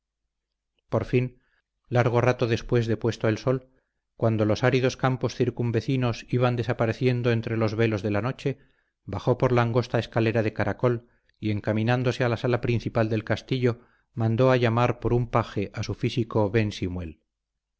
por fin largo rato después de puesto el sol cuando los áridos campos circunvecinos iban desapareciendo entre los velos de la noche bajó por la angosta escalera de caracol y encaminándose a la sala principal del castillo mandó a llamar por un paje a su físico ben